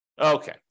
Okay